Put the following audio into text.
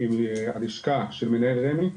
הלשכה של מנהל רמ"י,